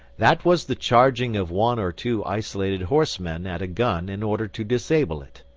that was the charging of one or two isolated horse-men at a gun in order to disable it.